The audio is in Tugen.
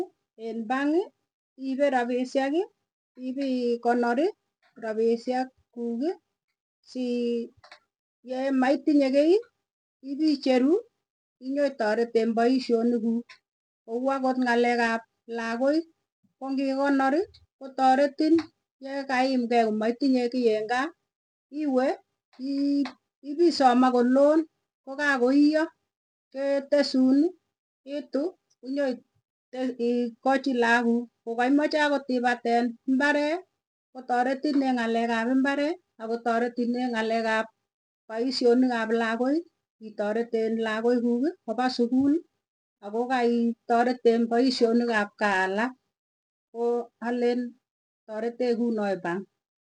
Eng bank iipe rabishek, ippiikonor rabishek kuuk sii yemaitinye kiyi ipicheru inyoo itareten baishonik kuuk. Kouu akot ng'alek ab lakoi kongikonor kotaretin, yekaiimkei metinye ki eng kaa iwe ii ipisam akot loan. Kokakoiyo keetesun. iitu konyoit te ikachi lakok kuuk kokaimache akot ipaten imparet kotaretin eng ng'alek ab imparet kotaretin eng paishonik aab lakoi, itareten lakoi kuk kopasukul ako kaitareten paishonik ab kaa alak. Koo alen taretech kounoo bank.